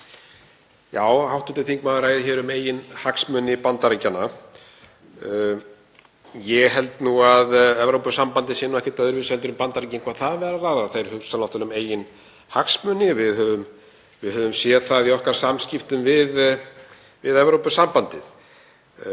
Hv. þingmaður ræðir hér um eigin hagsmuni Bandaríkjanna. Ég held nú að Evrópusambandið sé ekkert öðruvísi en Bandaríkin hvað það varðar, það hugsar náttúrlega um eigin hagsmuni. Við höfum séð það í okkar samskiptum við Evrópusambandið.